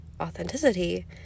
authenticity